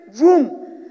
room